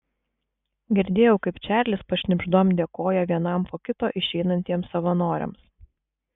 girdėjau kaip čarlis pašnibždom dėkoja vienam po kito išeinantiems savanoriams